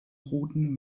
roten